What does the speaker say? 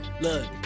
look